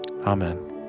Amen